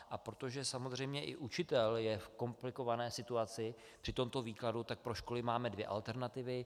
A protože samozřejmě i učitel je v komplikované situaci při tomto výkladu, tak pro školy máme dvě alternativy.